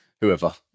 whoever